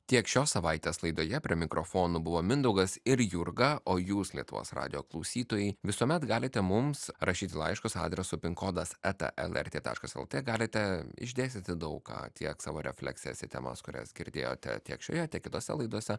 tiek šios savaitės laidoje prie mikrofonų buvo mindaugas ir jurga o jūs lietuvos radijo klausytojai visuomet galite mums rašyti laiškus adresu pinkodas eta lrt taškas lt galite išdėstyti daug ką tiek savo refleksijas į temas kurias girdėjote tiek šioje tiek kitose laidose